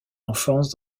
enfance